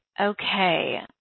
Okay